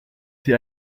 sie